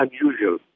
unusual